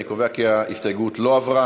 אני קובע כי ההסתייגות לא התקבלה.